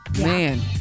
Man